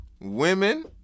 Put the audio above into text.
Women